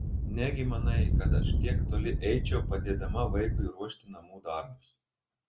negi manai kad aš tiek toli eičiau padėdama vaikiui ruošti namų darbus